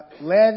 led